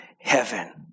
heaven